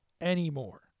anymore